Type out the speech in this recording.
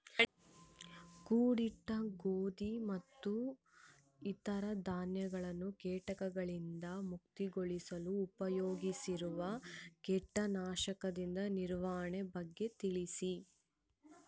ಕೂಡಿಟ್ಟ ಗೋಧಿ ಮತ್ತು ಇತರ ಧಾನ್ಯಗಳ ಕೇಟಗಳಿಂದ ಮುಕ್ತಿಗೊಳಿಸಲು ಉಪಯೋಗಿಸುವ ಕೇಟನಾಶಕದ ನಿರ್ವಹಣೆಯ ಬಗ್ಗೆ ತಿಳಿಸಿ?